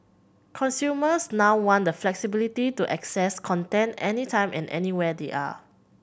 consumers now want the flexibility to access content any time and anywhere they are